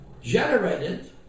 generated